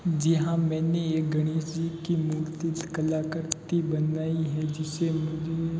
जी हाँ मैंने एक गणेश जी की मूर्ति कलाकृती बनाई है जिसे मुझे